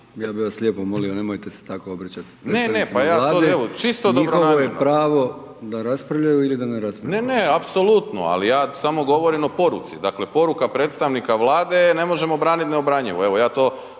ja bi vas lijepo molio, nemojte se tako obraćati predstavnici Vlade./… Ne, ne, ja pa ja to evo čisto dobronamjerno. …/Upadica Brkić: Njihovo je pravo da raspravljaju ili ne raspravljaju./… Ne, ne apsolutno ali ja samo govorim o poruci, dakle poruka predstavnika Vlade je ne možemo branit neobranjivo. Evo ja to